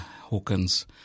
Hawkins